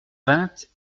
vingt